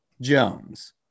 Jones